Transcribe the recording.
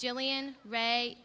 gillian ray